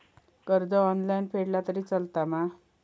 कर्ज ऑनलाइन फेडला तरी चलता मा?